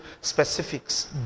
specifics